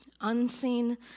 Unseen